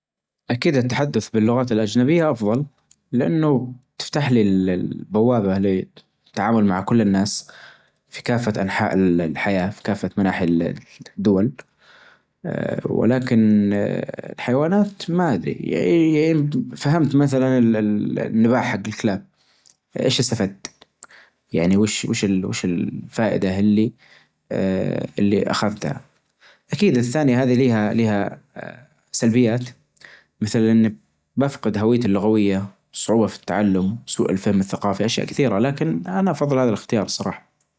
أكيد أتحدث باللغات الأچنبية أفضل، لأنه بتفتحلى ال-البوابة للتعامل مع كل الناس في كافة أنحاء ال-الحياة في كافة مناحي الدول، ولكن حيوانات ما أدرى فهمت مثلا ال-النباحة الكلاب أيش أستفدت يعنى وش-وش ال-وش ال-الفائدة اللى-اللى أخذتها أكيد الثانية هذى ليها-ليها سلبيات، مثلا بفقد هويتى اللغوية صعوبة في التعلم سوء الفهم الثقافي أشياء كثيرة لكن أنا أفضل هذا الإختيار الصراحة.